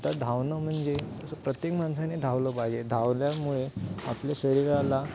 आता धावणं म्हणजे असं प्रत्येक माणसाने धावलं पाहिजे धावल्यामुळे आपल्या शरीराला